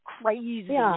crazy